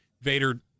Vader